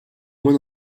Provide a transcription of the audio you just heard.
moins